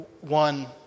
one